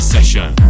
Session